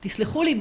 תסבירי.